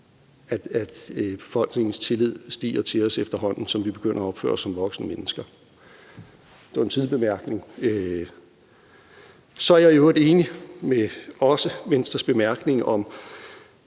at befolkningens tillid til os stiger, efterhånden som vi begynder at opføre os som voksne mennesker. Det var en sidebemærkning. Så er jeg i øvrigt også enig i Venstres bemærkning om,